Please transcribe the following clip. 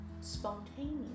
spontaneous